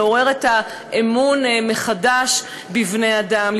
לעורר את האמון מחדש בבני אדם,